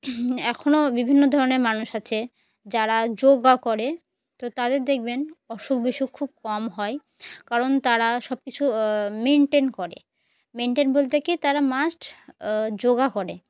এখনও বিভিন্ন ধরনের মানুষ আছে যারা যোগা করে তো তাদের দেখবেন অসুখ বিসুখ খুব কম হয় কারণ তারা সব কিছু মেনটেন করে মেনটেন বলতে কি তারা মাস্ট যোগা করে